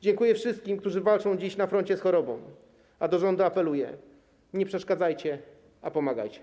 Dziękuję wszystkim, którzy walczą dziś na froncie z chorobą, a do rządu apeluję: nie przeszkadzajcie, ale pomagajcie.